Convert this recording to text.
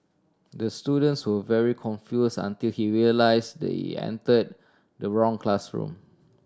the students were very confuse until he realise the entered the wrong classroom